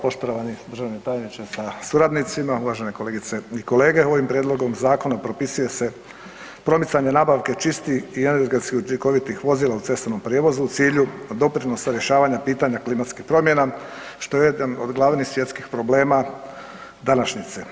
Poštovani državni tajniče sa suradnicima, uvažene kolegice i kolege, ovim prijedlogom zakona propisuje se promicanje nabavke čistih i energetskih učinkovitih vozila u cestovnom prijevozu u cilju doprinosa rješavanja pitanja klimatskih promjena što je jedan od glavnih svjetskih problema današnjice.